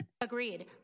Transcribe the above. Agreed